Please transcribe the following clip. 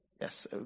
Yes